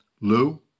Lou